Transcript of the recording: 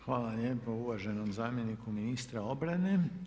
Hvala lijepa uvaženom zamjeniku ministra obrane.